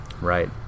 Right